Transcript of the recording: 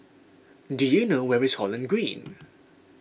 do you know where is Holland Green